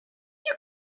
you